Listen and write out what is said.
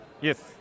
Yes